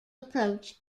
approach